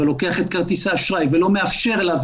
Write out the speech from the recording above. לוקח את כרטיס האשראי ולא מאפשר לה,